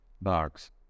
box